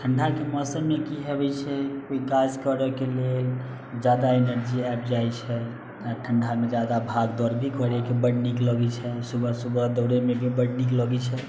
ठण्डाके मौसममे की हेबै छै कोइ काज करैके लेल जादा एनर्जी आबि जाइ छै ठण्डामे जादा भाग दौड़ भी करैके बड़ नीक लगै छै सुबह सुबह दौड़ैमे भी बड़ नीक लगै छै